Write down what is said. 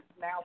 now